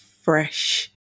fresh